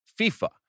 FIFA